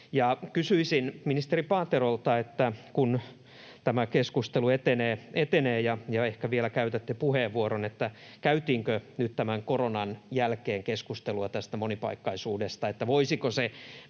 kysyisin ministeri Paaterolta, kun tämä keskustelu etenee ja ehkä vielä käytätte puheenvuoron: Käytiinkö nyt keskustelua tästä monipaikkaisuudesta tämän koronan